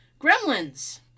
gremlins